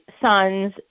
sons